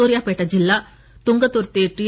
సూర్యాపేట జిల్లా తుంగతుర్తి టి